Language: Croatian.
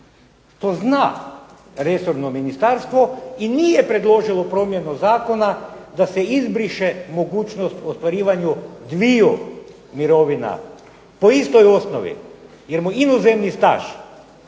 to zna resorno ministarstvo i nije predložilo promjenu zakona da se izbriše mogućnost ostvarivanja dviju mirovina po istoj osnovi, jer mu inozemni staž